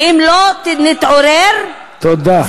ואם לא נתעורר, תודה רבה.